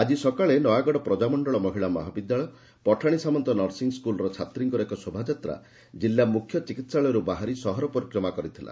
ଆଜି ସକାଳେ Nayagarh Prajamandal Mahila Mahavidyalaya Pathani Samanta nursing school ଛାତ୍ରୀଙ୍କର ଏକ ଶୋଭାଯାତ୍ରା ଜିଲ୍ଲା ମୁଖ୍ୟ ଚିକିସାଳୟରୁ ବାହାରି ସହର ପରିକ୍ରମା କରିଥିଲା